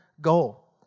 goal